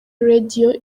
radio